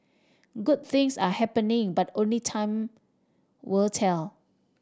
good things are happening but only time will tell